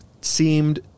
seemed